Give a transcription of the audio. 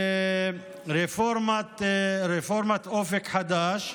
לרפורמת אופק חדש,